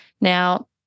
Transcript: Now